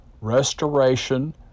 restoration